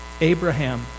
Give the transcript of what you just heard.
Abraham